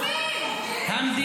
אותם, אתם בקואליציה.